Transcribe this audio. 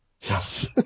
Yes